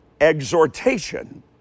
Exhortation